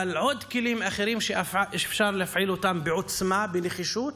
אבל עוד כלים אחרים שאפשר להפעיל בעוצמה, בנחישות.